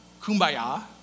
kumbaya